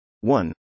one